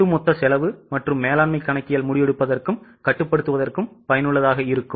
ஒட்டுமொத்த செலவு மற்றும் மேலாண்மை கணக்கியல் முடிவெடுப்பதற்கும் கட்டுப்படுத்துவதற்கும் பயனுள்ளதாக இருக்கும்